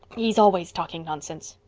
he's always talking nonsense.